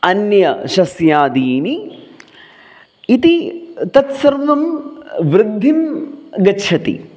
अन्य सस्यादीनि इति तत्सर्वं वृद्धिं गच्छन्ति